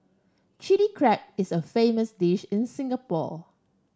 Chilli Crab is a famous dish in Singapore